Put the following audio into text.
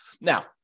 Now